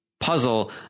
puzzle